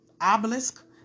Obelisk